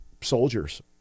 soldiers